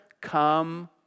Come